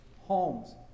homes